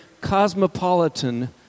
cosmopolitan